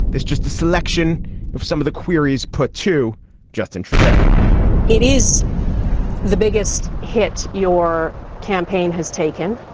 there's just a selection if some of the queries put to justin trudeau it is the biggest hit your campaign has taken.